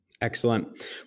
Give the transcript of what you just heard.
Excellent